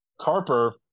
Carper –